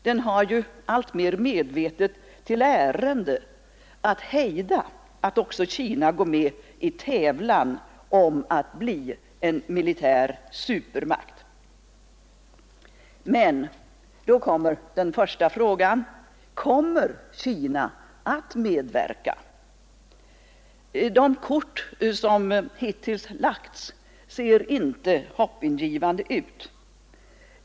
Den har alltmer medvetet till ärende att hejda att också Kina går med i tävlan om att bli en militär supermakt. Men då blir den första frågan: Kommer Kina att medverka? De kort som hittills lagts ser inte hoppingivande ut.